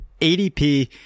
adp